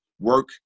work